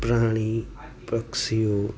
પ્રાણી પક્ષીઓ